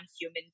human